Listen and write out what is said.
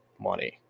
money